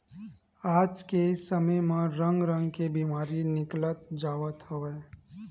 आज के समे म रंग रंग के बेमारी निकलत जावत हवय